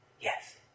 yes